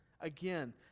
Again